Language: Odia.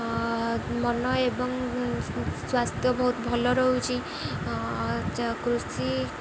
ମନ ଏବଂ ସ୍ୱାସ୍ଥ୍ୟ ବହୁତ ଭଲ ରହୁଛି କୃଷି